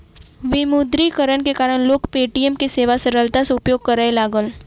विमुद्रीकरण के कारण लोक पे.टी.एम के सेवा सरलता सॅ उपयोग करय लागल